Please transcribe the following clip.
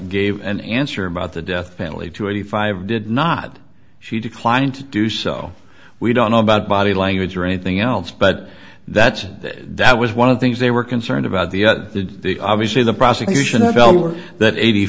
gave an answer about the death penalty to eighty five did not she declined to do so we don't know about body language or anything else but that's that that was one of the things they were concerned about the obviously the prosecution of belmar that eighty